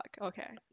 Okay